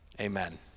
amen